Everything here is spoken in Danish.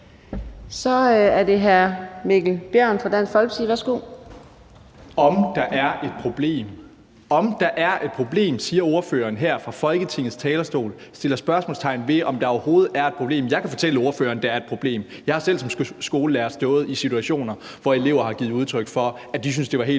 Så er det hr. Mikkel Bjørn fra Dansk Folkeparti. Værsgo. Kl. 16:15 Mikkel Bjørn (DF): »Om der er et problem.« »Om der er et problem,« siger ordføreren her fra Folketingets talerstol. Ordføreren sætter spørgsmålstegn ved, om der overhovedet er et problem. Jeg kan fortælle ordføreren, at der er et problem. Jeg har selv som skolelærer stået i situationer, hvor elever har givet udtryk for, at de syntes, det var helt